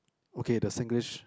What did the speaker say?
okay the Singlish